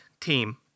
team